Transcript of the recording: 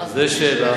זה שאלה.